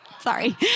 Sorry